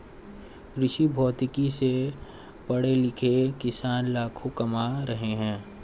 कृषिभौतिकी से पढ़े लिखे किसान लाखों कमा रहे हैं